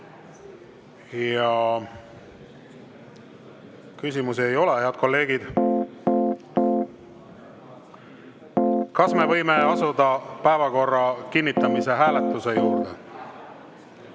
Küsimusi ei ole. Head kolleegid, kas me võime asuda päevakorra kinnitamise hääletuse juurde?